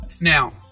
Now